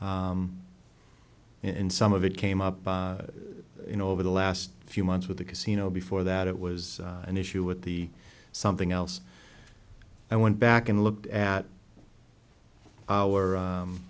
in some of it came up you know over the last few months with the casino before that it was an issue with the something else i went back and looked at our